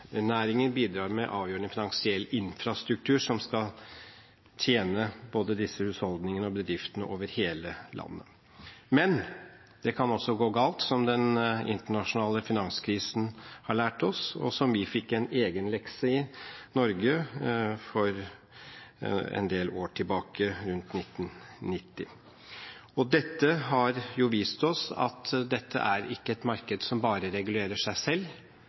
bedriftene over hele landet. Men det kan også gå galt, som den internasjonale finanskrisen har lært oss, og som vi i Norge fikk for en del år tilbake, rundt 1990. Dette har vist oss at dette ikke er et marked som bare regulerer seg selv.